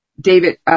David